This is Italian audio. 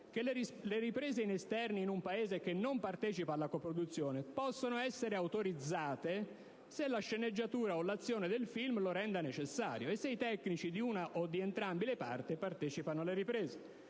che «Le riprese in esterni in un Paese che non partecipa alla coproduzione possono essere autorizzate se la sceneggiatura o l'azione del film lo renda necessario e se i tecnici di una o di entrambe le parti partecipano alle riprese».